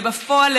ובפועל,